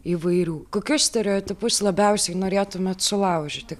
įvairių kokius stereotipus labiausiai norėtumėt sulaužyti